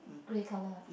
grey color